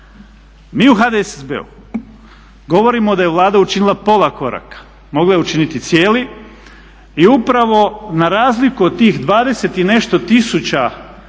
Mi u HDSSB-u govorimo da je Vlada učinila pola koraka, mogla je učiniti cijeli i upravo na razliku od tih 20 i nešto tisuća